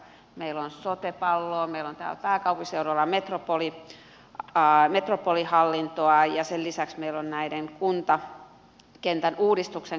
meillä on sote palloa meillä on täällä pääkaupunkiseudulla metropolihallintoa ja sen lisäksi meillä on kuntakentän uudistus